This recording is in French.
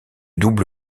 double